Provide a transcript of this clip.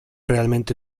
realmente